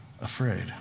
afraid